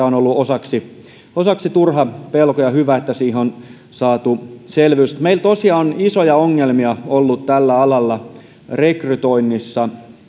on ollut osaksi osaksi turha pelko ja hyvä että siihen on saatu selvyys meillä tosiaan on isoja ongelmia ollut tällä alalla rekrytoinnissa